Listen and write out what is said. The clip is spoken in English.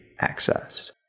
accessed